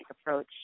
approach